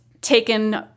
taken